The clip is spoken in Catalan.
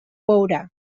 veurà